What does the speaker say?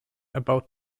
about